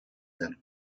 zen